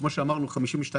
כפי שאמרנו,